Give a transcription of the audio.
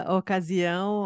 ocasião